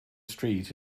street